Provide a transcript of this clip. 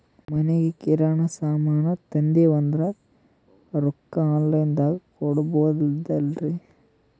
ಮನಿಗಿ ಕಿರಾಣಿ ಸಾಮಾನ ತಂದಿವಂದ್ರ ರೊಕ್ಕ ಆನ್ ಲೈನ್ ದಾಗ ಕೊಡ್ಬೋದಲ್ರಿ?